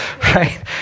Right